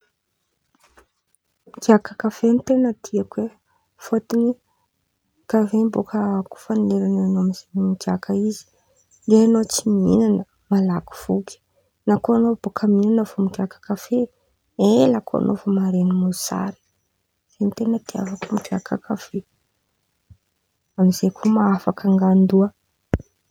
Migiaka kafe ten̈a tiako e fôtiny karàha in̈y bôka koa fa leran̈y an̈ao migiaka izy ndre an̈ao tsy mihin̈ana malaky voky na koa an̈ao bôka mihin̈ana vao migiaka kafe ela koa an̈ao vô maren̈y mosary zay ten̈a itiavako migiaka kafe, amizay koa mahafaka angandoa.